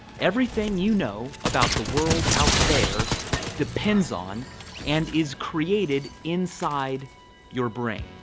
everything you know about the world out there depends on and is created inside your brain.